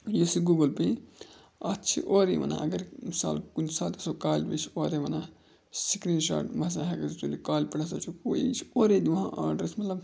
یُس یہِ گوٗگٕل پے اَتھ چھِ اورَے وَنان اَگَر مِثال کُنہِ ساتہٕ آسو کالہِ یہِ چھِ اورَے وَنان سِکریٖن شاٹ مسا ہَککھ ژٕ تُلِتھ کالہِ پٮ۪ٹھ ہَسا چھُ ہُہ یہِ چھِ اورَے دِوان آرڈَرَس ملب